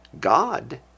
god